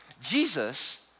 Jesus